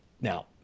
Now